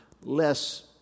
less